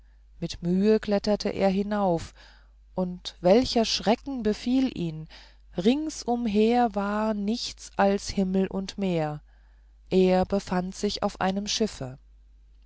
mit mühe klemmte er hinauf und welcher schrecken befiel ihn ringsumher war nichts als himmel und meer er befand sich auf einem schiffe